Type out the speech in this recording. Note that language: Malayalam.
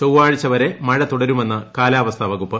ചൊവ്വാഴ്ച വരെ മഴ തുടരുമെന്ന് കാലാവസ്ഥാ വകുപ്പ്